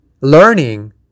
learning